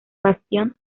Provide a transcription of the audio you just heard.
bastión